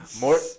More